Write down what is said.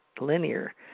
linear